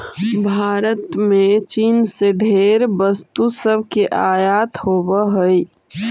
भारत में चीन से ढेर वस्तु सब के आयात होब हई